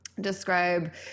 describe